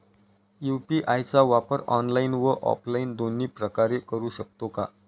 UPI चा वापर online व ऑफलाईन दोन्ही प्रकारे करु शकतो का?